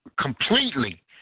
completely